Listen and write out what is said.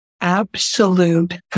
Absolute